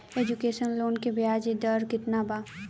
Education loan के ब्याज दर केतना बा?